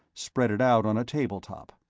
spread it out on a table top.